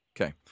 okay